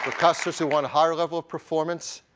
customers who want a higher level of performance,